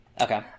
Okay